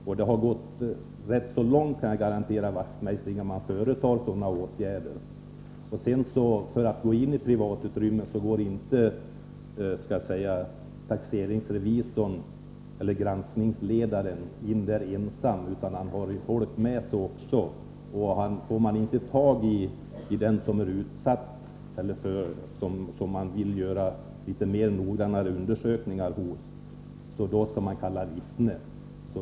Och jag kan garantera Knut Wachtmeister att det har gått rätt långt, innan man vidtar sådana åtgärder. Det är inte heller så att taxeringsrevisorn eller granskningsledaren går in ensam i dessa privatutrymmen, utan han har andra med sig. Och om man inte får tag i dem som man vill göra litet mera noggranna undersökningar hos skall man kalla vittne.